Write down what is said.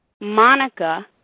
Monica